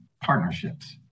partnerships